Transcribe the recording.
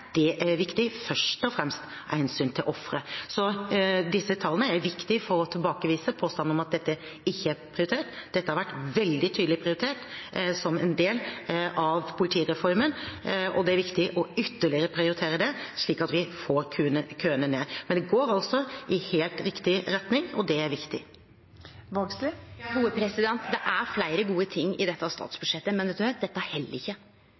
Det er viktig først og fremst av hensyn til ofre. Så disse tallene er viktige for å tilbakevise påstanden om at dette ikke er prioritert. Dette har vært veldig tydelig prioritert som en del av politireformen, og det er viktig ytterligere å prioritere det, slik at vi får køene ned. Men det går i helt riktig retning, og det er viktig. Det er fleire gode ting i dette statsbudsjettet, men dette